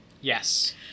Yes